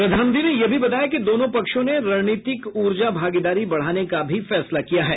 प्रधानमंत्री ने यह भी बताया कि दोनों पक्षों ने रणनीतिक ऊर्जा भागीदारी बढ़ाने का भी फैसला किया है